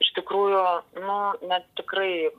iš tikrųjų nu nes tikrai